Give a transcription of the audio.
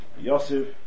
Yosef